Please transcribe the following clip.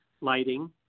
lighting